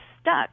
stuck